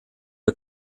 the